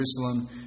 Jerusalem